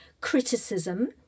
criticism